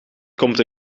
komt